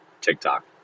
TikTok